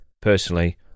Personally